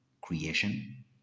creation